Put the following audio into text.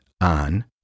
On